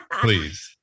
please